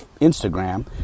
Instagram